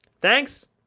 thanks